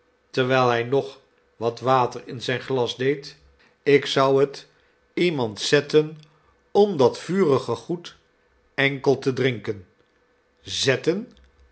terwijl hij nog wat water in zijn glas deed ik zou het iehiim nelly mand zetten ora dat vurige goed enkel te drinken zetten